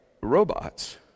robots